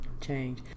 change